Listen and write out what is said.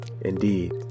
Indeed